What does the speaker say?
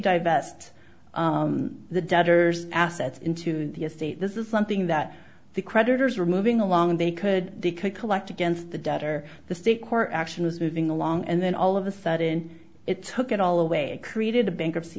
divest the debtors assets into the estate this is something that the creditors are moving along and they could they could collect against the debt or the state court action was moving along and then all of a sudden it took it all away and created a bankruptcy